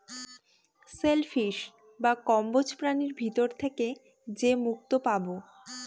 shell fish বা কম্বোজ প্রাণীর ভিতর থেকে যে মুক্তো পাবো